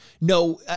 No